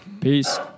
Peace